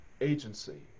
agency